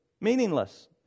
meaningless